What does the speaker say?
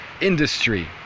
industry